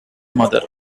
mother